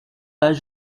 pas